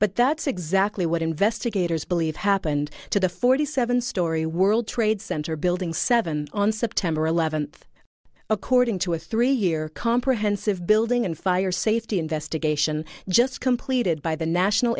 but that's exactly what investigators believe happened to the forty seven story world trade center building seven on september eleventh according to a three year comprehensive building and fire safety investigation just completed by the national